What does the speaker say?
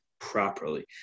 properly